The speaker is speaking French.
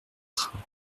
train